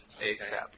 ASAP